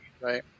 right